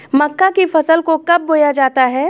मक्का की फसल को कब बोया जाता है?